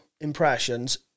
impressions